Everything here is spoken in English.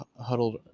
huddled